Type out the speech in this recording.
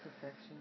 perfection